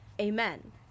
Amen